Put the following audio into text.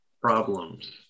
problems